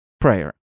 prayer